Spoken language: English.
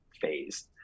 phase